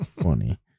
funny